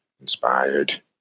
inspired